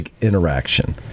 interaction